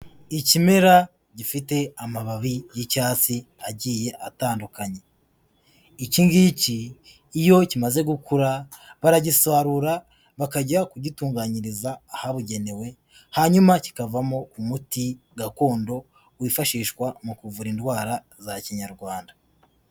Ikimera gifite amababi y'icyatsi agiye atandukanye, iki ngiki iyo kimaze gukura, baragisarura, bakajya kugitunganyiriza ahabugenewe, hanyuma kikavamo umuti gakondo wifashishwa mu kuvura indwara za Kinyarwanda.